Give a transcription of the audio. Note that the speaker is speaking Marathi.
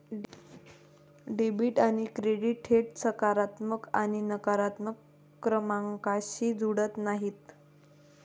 डेबिट आणि क्रेडिट थेट सकारात्मक आणि नकारात्मक क्रमांकांशी जुळत नाहीत